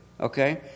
Okay